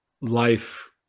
life